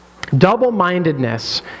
Double-mindedness